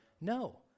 No